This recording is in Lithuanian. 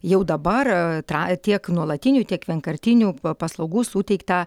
jau dabar tra tiek nuolatinių tiek vienkartinių paslaugų suteikta